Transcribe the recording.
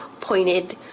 pointed